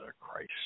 Christ